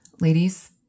Ladies